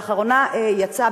לאחרונה יצאה